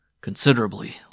considerably